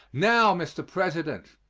now, mr. president,